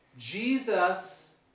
Jesus